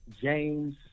James